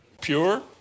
pure